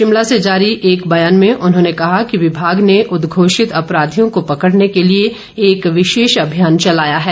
शिमला से जारी एक ब्यान में उन्होंने कहा कि विभाग ने उद्घोषित अपराधियों को पकड़ने के लिए एक विशेष अभियान चलाया है